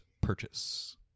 purchase